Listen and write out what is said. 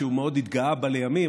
שהוא מאוד התגאה בה לימים,